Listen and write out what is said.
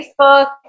Facebook